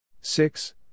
Six